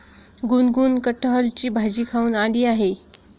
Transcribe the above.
गुनगुन कठहलची भाजी खाऊन आली आहे